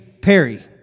Perry